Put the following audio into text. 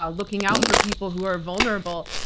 ah looking out for people who are vulnerable,